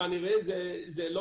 כנראה שזה לא